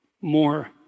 more